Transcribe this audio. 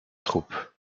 troupe